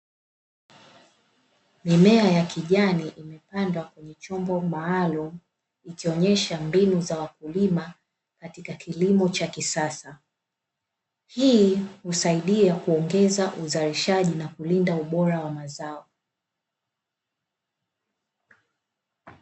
Mimea ya kijani imepandwa kwenye chombo maalumu ikionyesha mbinu za wakulima katika kilimo cha kisasa, hii husaidia kuongeza uzalishaji na kulinda ubora wa mazao.